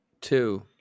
Two